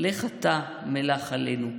לך אתה, מלך עלינו.